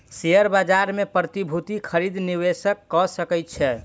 share बाजार मे प्रतिभूतिक खरीद निवेशक कअ सकै छै